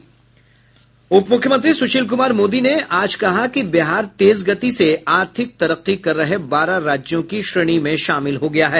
उप मुख्यमंत्री सुशील कुमार मोदी ने आज कहा कि बिहार तेज गति से आर्थिक तरक्की कर रहे बारह राज्यों की श्रेणी में शामिल हो गया है